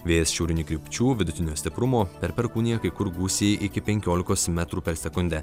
vėjas šiaurinių krypčių vidutinio stiprumo per perkūniją kai kur gūsiai iki penkiolikos metrų per sekundę